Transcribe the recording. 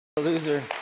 Loser